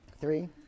Three